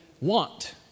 want